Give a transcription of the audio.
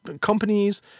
companies